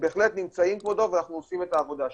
בהחלט נמצאים, כבודו, ואנחנו עושים את העבודה שם.